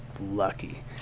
lucky